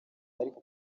ariko